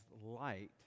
light